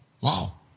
Wow